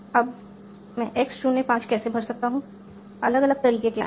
अब मैं x 0 5 कैसे भर सकता हूं अलग अलग तरीके क्या हैं